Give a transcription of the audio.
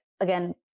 again